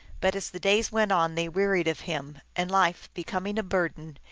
but as the days went on they wearied of him, and, life becoming a burden,